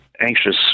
anxious